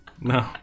No